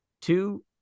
two